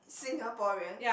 Singaporean